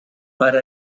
per